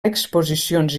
exposicions